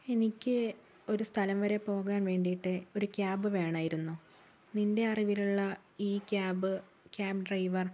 എനിക്ക് ഒരു സ്ഥലം വരെ പോകാൻ വേണ്ടിയിട്ട് ഒരു ക്യാബ് വേണമായിരുന്നു നിൻ്റെ അറിവിലുള്ള ഈ ക്യാബ് ക്യാബ് ഡ്രൈവർ